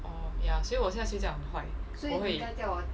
oh ya 所以我现在睡觉很坏我会